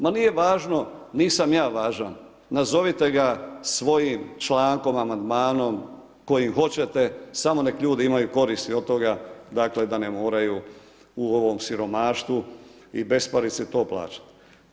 Ma nije važno, nisam ja važan, nazovite ga svojim člankom, amandmanom, koji hoćete, samo nek' ljudi imaju koristi od toga, dakle da ne moraju u ovom siromaštvu i besparici to plaćati.